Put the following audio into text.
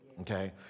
Okay